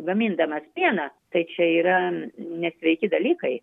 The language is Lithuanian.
gamindamas pieną tai čia yra nesveiki dalykai